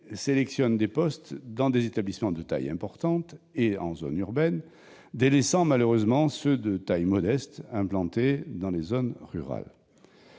sélectionnent des postes dans des établissements de taille importante et en zone urbaine, délaissant malheureusement ceux, de taille modeste, qui sont implantés dans les zones rurales.